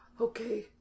Okay